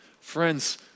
Friends